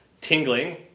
tingling